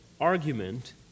argument